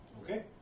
Okay